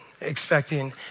expecting